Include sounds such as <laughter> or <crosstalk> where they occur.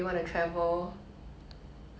<laughs>